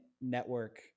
network